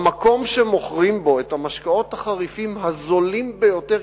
המקום שמוכרים בו את המשקאות החריפים הזולים ביותר,